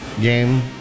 game